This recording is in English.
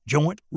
Joint